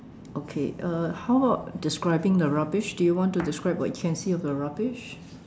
okay uh how about describing the rubbish do you want to describe what you can see about the rubbish